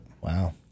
Wow